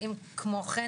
כמו כן,